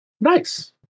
Nice